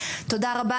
תודה רבה,